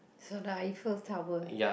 so the Eiffel Tower